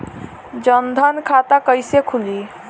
जनधन खाता कइसे खुली?